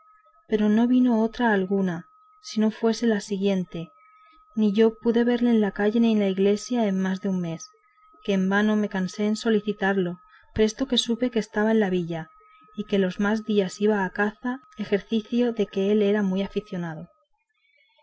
pero no vino otra alguna si no fue la siguiente ni yo pude verle en la calle ni en la iglesia en más de un mes que en vano me cansé en solicitallo puesto que supe que estaba en la villa y que los más días iba a caza ejercicio de que él era muy aficionado